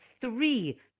three